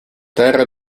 terra